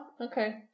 Okay